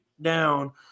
down